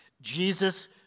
Jesus